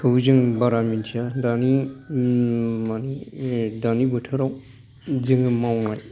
निखौ जों बारा मिनथिया दानि मानि दानि बोथोराव जोङो मावनाय